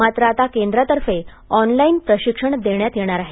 मात्र आता केंद्रातर्फे ऑनलाईन प्रशिक्षण देण्यात येणार आहे